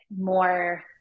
more